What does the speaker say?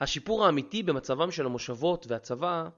השיפור האמיתי במצבם של המושבות והצבא